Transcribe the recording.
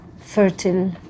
fertile